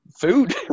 Food